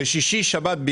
בשישי-שבת,